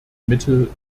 mittel